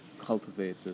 cultivated